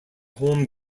home